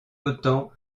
autant